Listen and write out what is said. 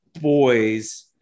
boys